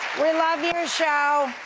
we love your show.